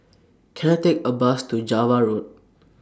Can I Take A Bus to Java Road